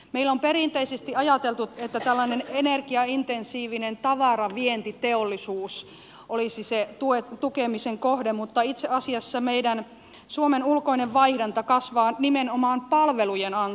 meillä on perinteisesti ajateltu että tällainen energiaintensiivinen tavaravientiteollisuus olisi se tukemisen kohde mutta itse asiassa suomen ulkoinen vaihdanta kasvaa nimenomaan palvelujen ansiosta